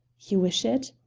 you wish it?